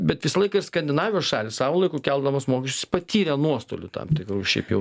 bet visą laiką ir skandinavijos šalys savo laiku keldamos mokesčius patyrė nuostolių tam tikrų šiaip jau